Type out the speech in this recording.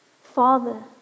Father